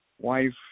wife